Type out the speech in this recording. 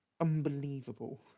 unbelievable